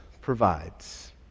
provides